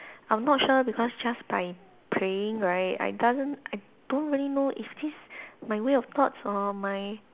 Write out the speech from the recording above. I'm not sure because just by praying right I doesn't I don't really know if this my way of thoughts or my